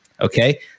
Okay